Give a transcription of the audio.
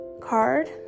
card